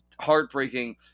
heartbreaking